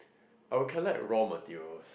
I will collect raw materials